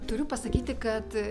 turiu pasakyti kad